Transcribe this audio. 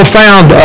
found